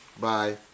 bye